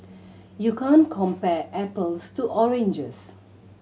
you can't compare apples to oranges